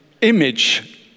image